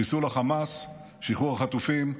חיסול החמאס, שחרור החטופים,